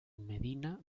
medina